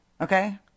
Okay